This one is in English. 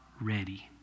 ready